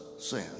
Sin